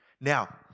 Now